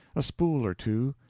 a spool or two,